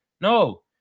No